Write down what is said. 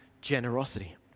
generosity